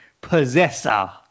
Possessor